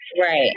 right